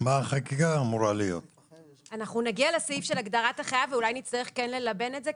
אנחנו נגיע לסעיף של הגדרת החייב ואולי נצטרך כן ללבן את זה,